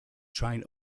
train